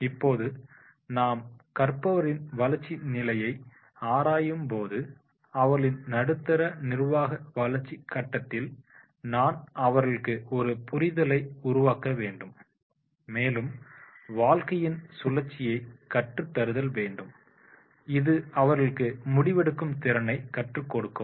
இப்போது நாம் கற்பவர்களின் வளர்ச்சி நிலையை ஆராயும்போது அவர்களின் நடுத்தர நிர்வாக வளர்ச்சிக் கட்டத்தில் நான் அவர்களுக்கு ஒரு புரிதலை உருவாக்க வேண்டும் மேலும் வாழ்க்கையின் சுழற்சியை கற்றுத் தருதல் வேண்டும் இது அவர்களுக்கு முடிவெடுக்கும் திறனை கற்றுக்கொடுக்கும்